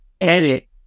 edit